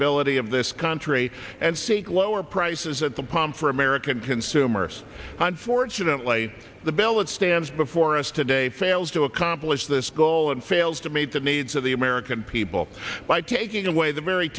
stability of this country and seek lower prices at the pump for american consumers unfortunately the bill it stands before us today fails to accomplish this goal and fails to meet the needs of the american people by taking away the